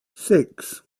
six